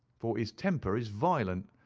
for his temper is violent,